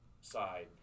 side